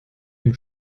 dem